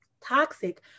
toxic